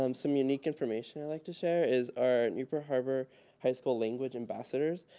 um some unique information i'd like to share is our newport harbor high school language ambassadors,